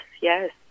Yes